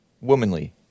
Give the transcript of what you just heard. Womanly